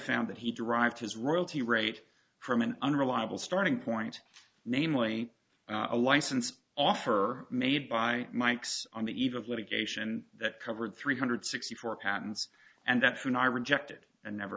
found that he derived his royalty rate from an unreliable starting point namely a license offer made by mike's on the eve of litigation that covered three hundred sixty four patents and that when i rejected and never